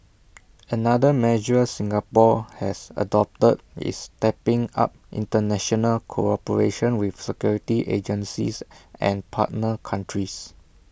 another measure Singapore has adopted is stepping up International cooperation with security agencies and partner countries